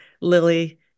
Lily